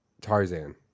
Tarzan